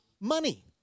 money